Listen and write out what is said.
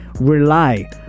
Rely